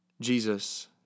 Jesus